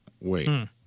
Wait